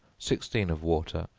sixteen of water,